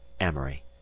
Amory